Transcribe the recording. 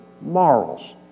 morals